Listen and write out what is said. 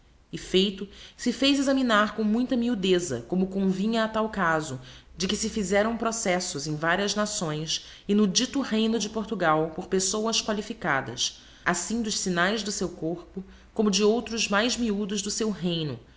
e feito se fez examinar com muita miudeza como convinha a tal cazo de que se fizeram processos em varias naçoens e no dito reyno de portugal por pessoas qualificadas assim dos signaes do seu corpo como de outros mais miudos do seu reino